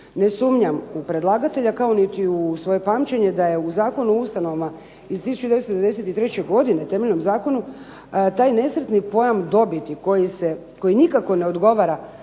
Ne sumnjam u predlagatelja kao niti u svoje pamćenje da je u Zakonu o ustanovama iz 1993. godine temeljnom zakonu, taj nesretni pojam dobiti koji nikako ne odgovara